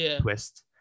twist